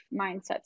mindsets